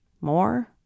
more